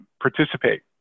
participate